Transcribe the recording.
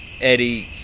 Eddie